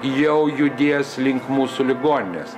jau judės link mūsų ligoninės